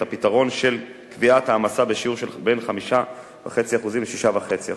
את הפתרון של קביעת העמסה בשיעור שבין 5.5% ל-6.5%